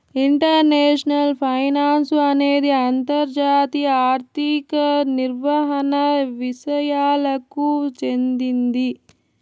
international finance అనేది అంతర్జాతీయ ఆర్థిక నిర్వహణ విసయాలకు చెందింది